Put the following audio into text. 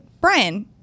Brian